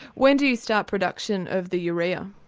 when do you start production of the urea?